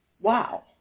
Wow